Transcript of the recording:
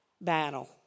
battle